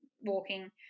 walking